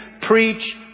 preach